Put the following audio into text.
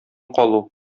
калу